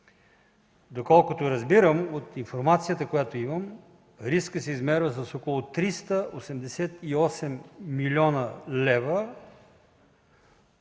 Доколкото разбирам от информацията, която имам, рискът се измерва с около 388 млн. лв.